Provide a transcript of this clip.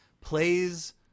Plays